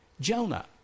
Jonah